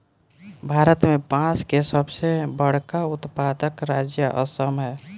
भारत में बांस के सबसे बड़का उत्पादक राज्य असम ह